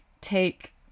take